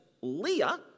Leah